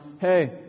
hey